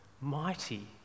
mighty